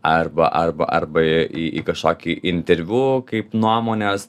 arba arba arba į kažkokį interviu kaip nuomones